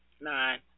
Nine